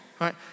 right